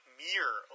mere